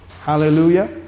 Hallelujah